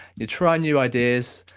you try new ideas,